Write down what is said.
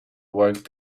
work